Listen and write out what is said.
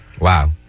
Wow